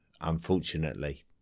unfortunately